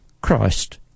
Christ